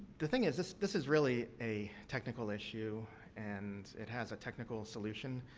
the thing is this this is really a technical issue and it has a technical solution.